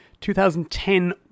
2010